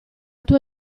tua